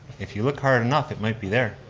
if you look hard enough, it might be there.